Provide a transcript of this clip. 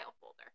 folder